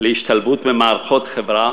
להשתלבות במערכות חברה